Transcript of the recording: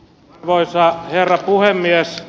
arvoisa herra puhemies